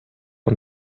und